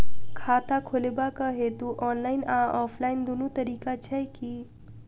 खाता खोलेबाक हेतु ऑनलाइन आ ऑफलाइन दुनू तरीका छै की?